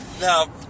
now